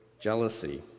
jealousy